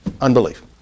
unbelief